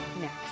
next